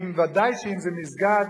ודאי אם זה מסגד,